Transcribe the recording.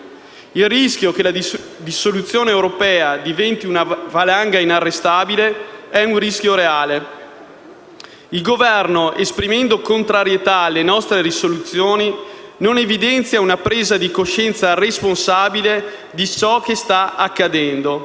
il rischio che la dissoluzione europea diventi una valanga inarrestabile è un rischio reale. Il Governo, esprimendo contrarietà alle nostre risoluzioni, non evidenzia una presa di coscienza responsabile di ciò che sta accadendo,